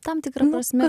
tam tikra prasme